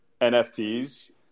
NFTs